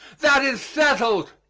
that is settled.